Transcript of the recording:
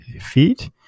feet